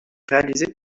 réalisé